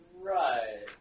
Right